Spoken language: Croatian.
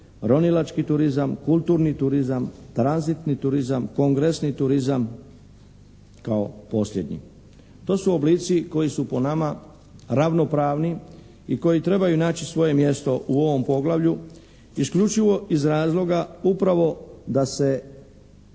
ronilački turizam, kulturni turizam, tranzitni turizam, kongresni turizam kao posljednji. To su oblici koji su po nama ravnopravni i koji trebaju naći svoje mjesto u ovom poglavlju isključivo iz razloga upravo da se